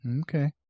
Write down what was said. Okay